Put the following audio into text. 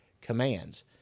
commands